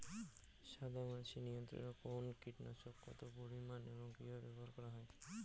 সাদামাছি নিয়ন্ত্রণে কোন কীটনাশক কত পরিমাণে এবং কীভাবে ব্যবহার করা হয়?